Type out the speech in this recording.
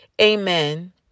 Amen